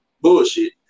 bullshit